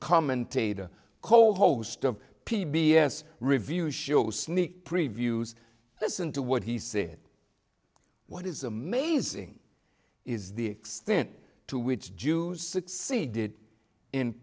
commentator cole host of p b s revue show sneak previews listen to what he said what is amazing is the extent to which jews succeeded in